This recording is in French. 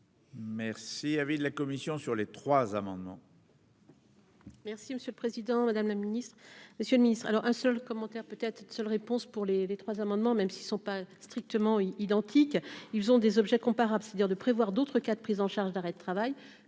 Merci, avis de la commission sur les trois amendements.